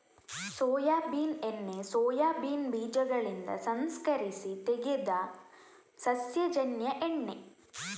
soybean ಎಣ್ಣೆ soybean ಬೀಜಗಳಿಂದ ಸಂಸ್ಕರಿಸಿ ತೆಗೆದ ಸಸ್ಯಜನ್ಯ ಎಣ್ಣೆ